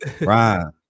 Ryan